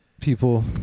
people